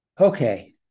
Okay